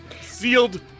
sealed